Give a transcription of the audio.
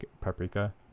Paprika